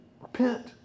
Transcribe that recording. Repent